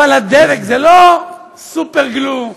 אבל הדבק, זה לא סופר גלו,